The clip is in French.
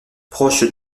proche